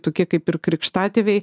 tokie kaip ir krikštatėviai